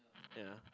ya